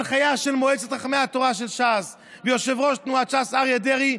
ההנחיה של מועצת חכמי התורה של ש"ס ויושב-ראש תנועת ש"ס אריה דרעי,